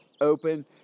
open